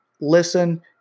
listen